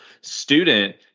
student